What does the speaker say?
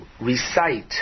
recite